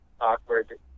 awkward